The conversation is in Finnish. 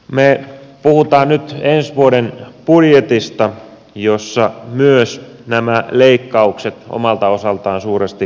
me puhumme nyt ensi vuoden budjetista jossa myös nämä leikkaukset omalta osaltaan suuresti näkyvät